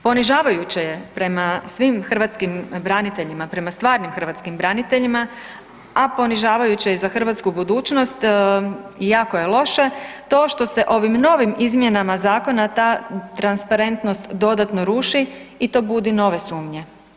Ponižavajuće je prema svim hrvatskim braniteljima, prema stvarnim hrvatskim braniteljima, a ponižavajuće je i za hrvatsku budućnost i jako je loše to što se ovim novim izmjenama zakona ta transparentnost dodatno ruši i to budi nove sumnje.